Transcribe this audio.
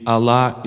Allah